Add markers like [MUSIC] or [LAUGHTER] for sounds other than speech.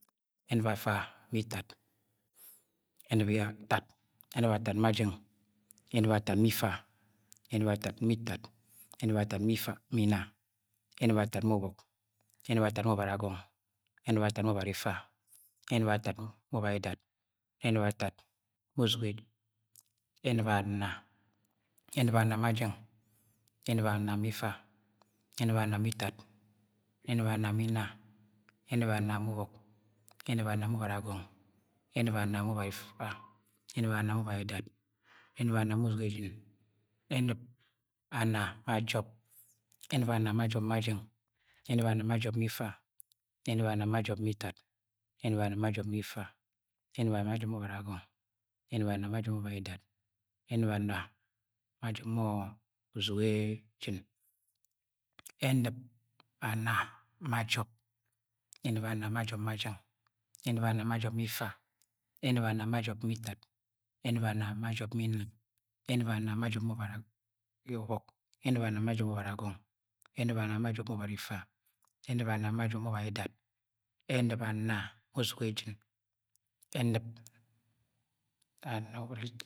. ẹnɨp afa ma itad, ẹnɨp atad ma jeng, ẹnɨp atad ma ifa, enɨp atad ma itad, enɨp atad ma inna, anɨp atap ma ubok, ẹnɨp atad ma ubaidad, enɨp anna ma uborạgong, enɨp anna ma uzegejin enɨp anna ma jọp ma jẹng ẹnɨp amaa ma jọp ma ifa ẹnɨp anna ma jọp ma ubaragọng ẹnɨp anna ma jọp ma ubhaidab, enɨp anna ma jọp ma, enɨp anna uzege jin, enɨp [NOISE] anna ma jọp enɨp anna ma jop ma, enɨp anna ma jọp ma [NOISE] itad enɨp anna ma jọp ma inna enɨp anna ma jọp [UNINTELLIGIBLE] ma ubọk enɨp anna ma jọp ma ubaragọng enɨp anna ma jọp ma ubaragọng ẹnɨp anna ma jọp ma ubarifa, enɨp anna ma jọp ubaided ẹnɨp anna ma uzege jin enɨp anna. [UNINTELLIGIBLE]